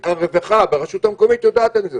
הרווחה ברשות המקומית צריכה לדעת על זה.